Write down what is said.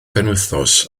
penwythnos